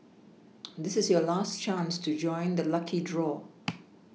this is your last chance to join the lucky draw